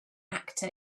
actor